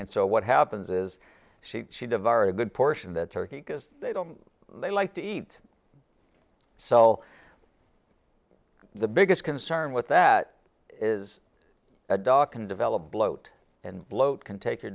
and so what happens is she she devoured a good portion that turkey because they don't like to eat so the biggest concern with that is a dog can develop bloat and bloat can take your